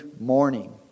morning